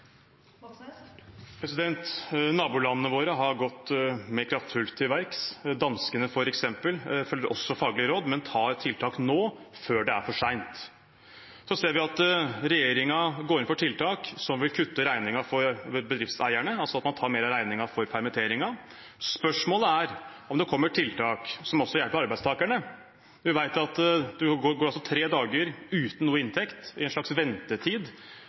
Moxnes – til oppfølgingsspørsmål. Nabolandene våre har gått mer kraftfullt til verks. Danskene, f.eks., følger også faglige råd, men innfører tiltak nå, før det er for sent. Vi ser at regjeringen går inn for tiltak som vil kutte regningen for bedriftseierne, altså at man tar mer av regningen for permitteringer. Spørsmålet er om det kommer tiltak som også hjelper arbeidstakerne. Man går i tre dager uten inntekt – i en slags ventetid